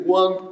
one